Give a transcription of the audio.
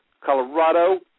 Colorado